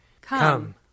Come